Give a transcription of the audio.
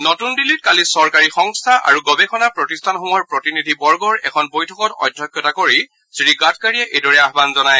নতুন দিল্লীত কালি চৰকাৰী সংস্থা আৰু গৱেষণা প্ৰতিষ্ঠানসমূহৰ প্ৰতিনিধিবৰ্গৰ এখন বৈঠকত অধ্যক্ষতা কৰি শ্ৰীগাডকাৰীয়ে এইদৰে আহান জনায়